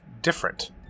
different